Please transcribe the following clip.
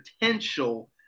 potential